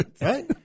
Right